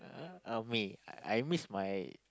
uh me I miss my